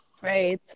Great